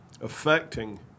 affecting